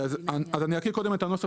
אני אקריא קודם את הנוסח